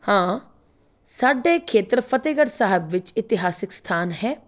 ਹਾਂ ਸਾਡੇ ਖੇਤਰ ਫਤਿਹਗੜ੍ਹ ਸਾਹਿਬ ਵਿੱਚ ਇਤਿਹਾਸਿਕ ਸਥਾਨ ਹੈ